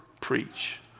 preach